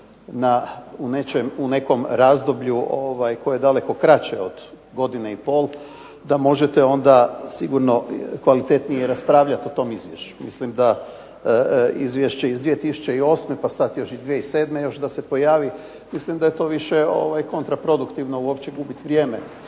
u nekom razdoblju koje je daleko kraće od godine i pol da možete onda sigurno kvalitetnije raspravljati o tom izvješću. Mislim da izvješće iz 2008., pa sad još i 2007. još da se pojavi, mislim da je to više kontraproduktivno uopće gubit vrijeme